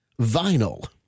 vinyl